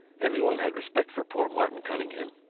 everyone had respect for poor martin cunningham.